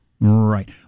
Right